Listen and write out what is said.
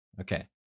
Okay